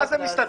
מה זה מסתדרים?